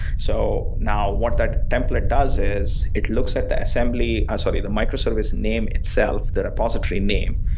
so now, what that template does is it looks at the assembly ah sort of the micro-service name itself, the repository name,